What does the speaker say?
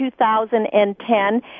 2010